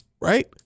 right